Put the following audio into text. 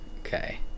okay